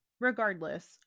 regardless